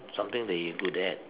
something that you good at